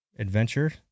Adventure